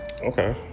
okay